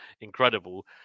incredible